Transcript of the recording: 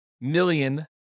million